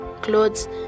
clothes